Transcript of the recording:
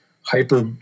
hyper